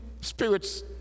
spirits